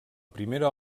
primera